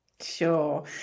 Sure